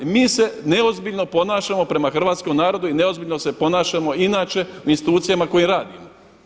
Mi se neozbiljno ponašamo prema hrvatskom narodu i nezbiljno se ponašamo inače u institucijama u kojima radimo.